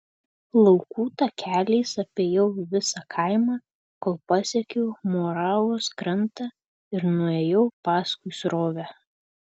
laukų takeliais apėjau visą kaimą kol pasiekiau moravos krantą ir nuėjau paskui srovę